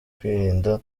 kwirinda